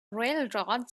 railroad